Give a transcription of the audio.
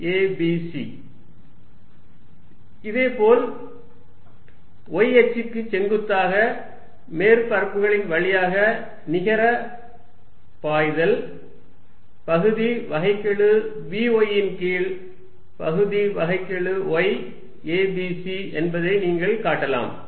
Net flow through surface perpendicular to the x axis vxxyzbcvxxyzbcvx∂xabcvx∂xabc இதேபோல் y அச்சுக்கு செங்குத்தாக மேற்பரப்புகளின் வழியாக நிகர பாய்தல் பகுதி வகைக்கெழு vy ன் கீழ் பகுதி வகைக்கெழு y a b c என்பதை நீங்கள் காட்டலாம்